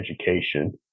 education